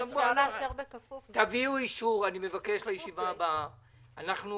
אני מבקש שלישיבה הבאה תביאו אישור.